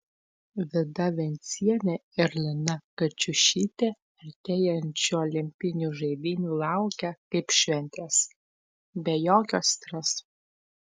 vida vencienė ir lina kačiušytė artėjančių olimpinių žaidynių laukia kaip šventės be jokio streso